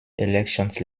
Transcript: elections